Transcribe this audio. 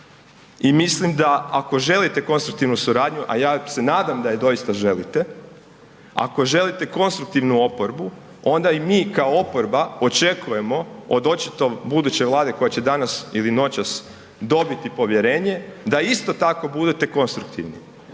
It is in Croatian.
i mislim da ako želite konstruktivnu suradnju, a ja se nadam da je doista želite, ako želite konstruktivnu oporbu onda i mi kao oporba očekujemo, od očito buduće vlade koja će danas ili noćas dobiti povjerenje, da isto tako budete konstruktivni.